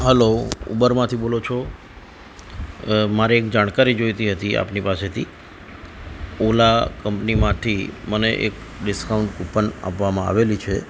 hello ઉબરમાંથી બોલો છો મારે એક જાણકારી જોઈતી હતી આપની પાસેથી ઓલા કંપનીમાંથી મને એક ડિસ્કાઉન્ટ કુપન આપવામાં આવેલી છે